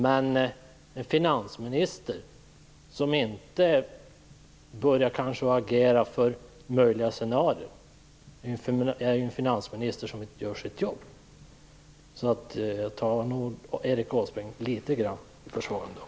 Men en finansminister som inte börjar agera för möjliga scenarion är en finansminister som inte gör sitt jobb. Så litet grand tar jag nog Erik Åsbrink i försvar ändå.